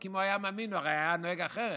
כי אם הוא היה מאמין, הוא הרי היה נוהג אחרת.